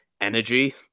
energy